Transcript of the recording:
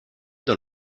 dans